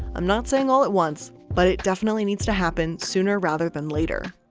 i'm not saying all at once but it definitely needs to happen sooner rather than later.